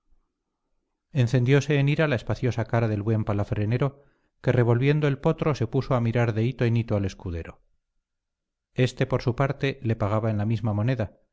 mozo encendióse en ira la espaciosa cara del buen palafrenero que revolviendo el potro se puso a mirar de hito en hito al escudero éste por su parte le pagaba en la misma moneda